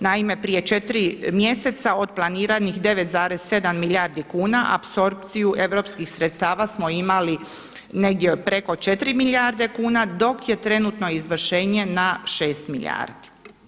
Naime, prije 4 mjeseca od planiranih 9,7 milijardi kuna apsorpciju europskih sredstava smo imali negdje preko 4 milijarde kuna, dok je trenutno izvršenje na 6 milijardi.